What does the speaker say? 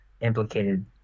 implicated